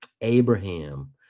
Abraham